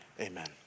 amen